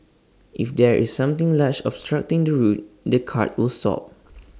if there is something large obstructing the route the cart will stop